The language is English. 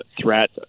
threat